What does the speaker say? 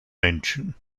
menschen